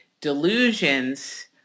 delusions